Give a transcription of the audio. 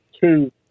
two